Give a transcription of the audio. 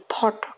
thought